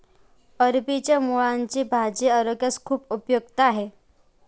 अरबीच्या मुळांची भाजी आरोग्यास खूप उपयुक्त आहे